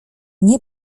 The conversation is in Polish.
nie